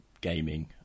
gaming